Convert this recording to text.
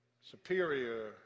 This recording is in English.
superior